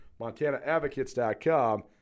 montanaadvocates.com